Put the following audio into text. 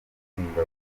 zimbabwe